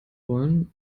wollen